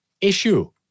issue